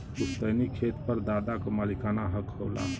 पुस्तैनी खेत पर दादा क मालिकाना हक होला